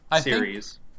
series